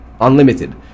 Unlimited